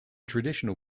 traditional